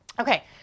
Okay